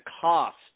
cost